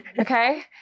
okay